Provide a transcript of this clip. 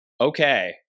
Okay